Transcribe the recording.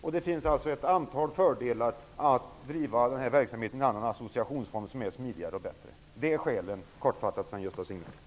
Men det finns också ett antal fördelar med att driva verksamheten i en annan associationsform som är smidigare och bättre. Detta var en kortfattad redovisning av skälen,